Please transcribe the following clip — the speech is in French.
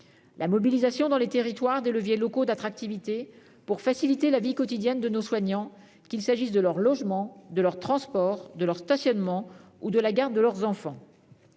la mobilisation dans les territoires des leviers locaux d'attractivité afin de faciliter la vie quotidienne de nos soignants, qu'il s'agisse de leur logement, de leur transport, de leur stationnement ou de la garde de leurs enfants.